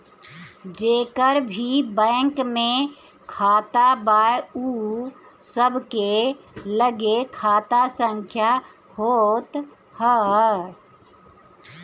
जेकर भी बैंक में खाता बा उ सबके लगे खाता संख्या होत हअ